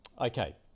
Okay